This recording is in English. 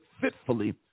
fitfully